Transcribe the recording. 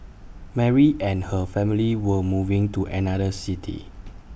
Mary and her family were moving to another city